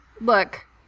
look